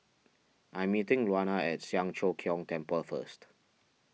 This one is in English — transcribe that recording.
I'm meeting Luana at Siang Cho Keong Temple first